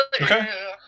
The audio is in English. Okay